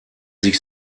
sich